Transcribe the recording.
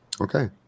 Okay